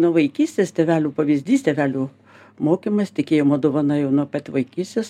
nuo vaikystės tėvelių pavyzdys tėvelių mokymas tikėjimo dovana jau nuo pat vaikystės